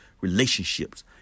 relationships